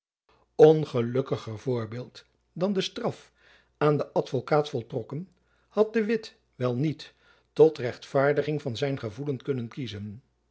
ongelukkiger voorbeeld dan de straf aan den advokaat voltrokken had de witt wel niet tot rechtvaardiging van zijn gevoelen kunnen kiezen